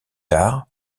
tard